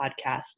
podcast